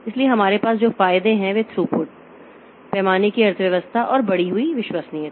इसलिए हमारे पास जो फायदे हैं वे हैं थ्रूपुट पैमाने की अर्थव्यवस्था और बढ़ी हुई विश्वसनीयता